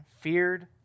feared